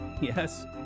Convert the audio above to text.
Yes